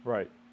Right